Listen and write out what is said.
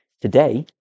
Today